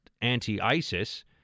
anti-ISIS